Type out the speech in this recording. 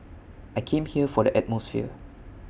I came here for the atmosphere